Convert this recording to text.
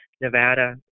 Nevada